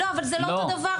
אבל זה לא אותו הדבר.